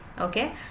okay